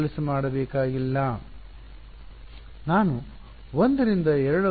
ನಾನು 1 ರಿಂದ 2 ರವರೆಗೆ ಪ್ರಯಾಣಿಸಿದಾಗ ವಿದ್ಯಾರ್ಥಿ ಹೌದು